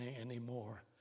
anymore